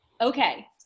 Okay